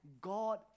God